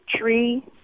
tree